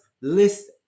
list